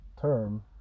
term